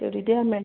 तेवढी द्या मॅ